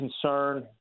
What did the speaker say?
concern